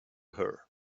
her